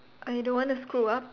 I don't want to screw up